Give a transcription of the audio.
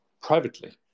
privately